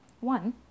one